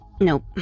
Nope